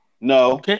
No